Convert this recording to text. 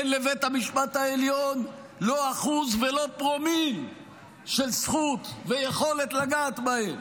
אין לבית המשפט העליון לא 1% ולא פרומיל של זכות ויכולת לגעת בהם,